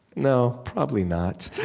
no, probably not.